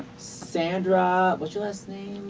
sandra what's your last name?